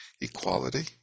equality